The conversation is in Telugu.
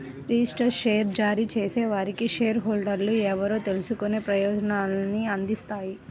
రిజిస్టర్డ్ షేర్ జారీ చేసేవారికి షేర్ హోల్డర్లు ఎవరో తెలుసుకునే ప్రయోజనాన్ని అందిస్తాయి